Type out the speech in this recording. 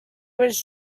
was